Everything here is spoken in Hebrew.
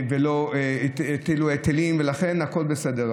ולא הטילו היטלים ולכן הכול בסדר.